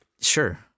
Sure